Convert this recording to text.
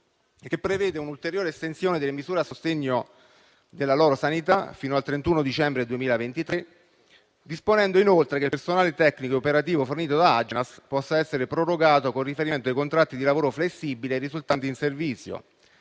anni, prevedendo un'ulteriore estensione delle misure in suo sostegno fino al 31 dicembre 2023 e disponendo inoltre che il personale tecnico-operativo fornito dall'Agenas possa essere prorogato, con riferimento ai contratti di lavoro flessibile risultanti in servizio.